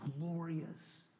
glorious